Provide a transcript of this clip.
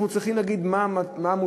אנחנו צריכים להגיד מה מותר,